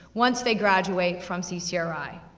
once they graduate from ccri.